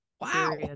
Wow